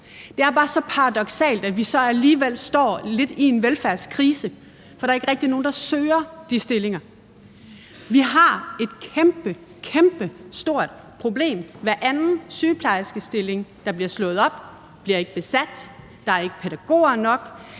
Det er så bare paradoksalt, at vi alligevel står lidt i en velfærdskrise, for der er ikke rigtig nogen, der søger de stillinger. Vi har et kæmpe, kæmpe stort problem. Hver anden sygeplejerskestilling, der bliver slået op, bliver ikke besat. Der er ikke pædagoger nok.